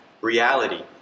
reality